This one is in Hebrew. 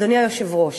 אדוני היושב-ראש,